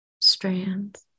strands